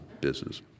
business